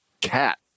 cat